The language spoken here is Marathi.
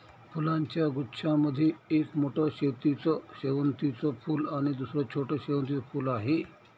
फुलांच्या गुच्छा मध्ये एक मोठं शेवंतीचं फूल आणि दुसर छोटं शेवंतीचं फुल आहे